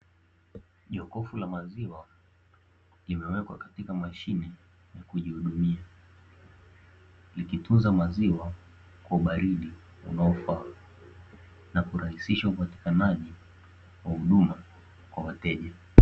Jokofu la maziwa limewekwa katika mashine ya kujihudumia, likitunza maziwa kwa ubaridi unaofaa na kurahisisha upatikanaji wa huduma kwa wateja.